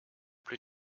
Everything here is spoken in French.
plus